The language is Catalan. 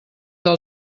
del